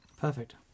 Perfect